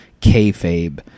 kayfabe